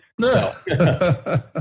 No